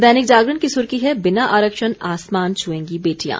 दैनिक जागरण की सुर्खी है बिना आरक्षण आसमान छएंगीं बेटियां